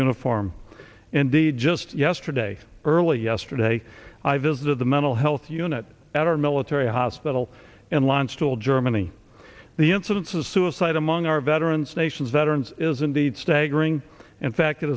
uniform indeed just yesterday early yesterday i visited the mental health unit at our military hospital in landstuhl germany the incidence of suicide among our veterans nation's veterans is indeed staggering in fact it